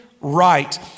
right